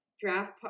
draft